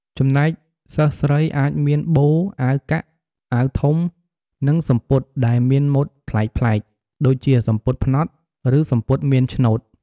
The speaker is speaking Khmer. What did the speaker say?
ចំណែកសិស្សស្រី អាចមាន បូ អាវកាក់ អាវធំ និងសំពត់ដែលមានម៉ូដប្លែកៗ ដូចជា សំពត់ផ្នត់ ឬសំពត់មានឆ្នូត។